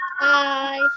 Bye